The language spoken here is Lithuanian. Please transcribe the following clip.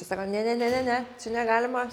sako ne ne ne ne ne čia negalima